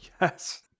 Yes